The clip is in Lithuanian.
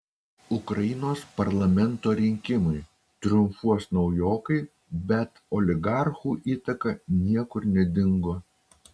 ukrainos parlamento rinkimai triumfuos naujokai bet oligarchų įtaka niekur nedingo